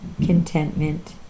contentment